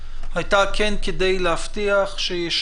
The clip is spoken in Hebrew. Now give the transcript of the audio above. הייתה כדי להבטיח שיש